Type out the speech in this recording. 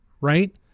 right